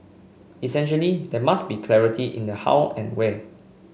essentially there must be clarity in the how and where